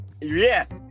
Yes